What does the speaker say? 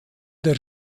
der